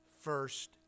first